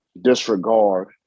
disregard